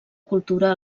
cultura